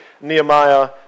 Nehemiah